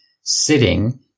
sitting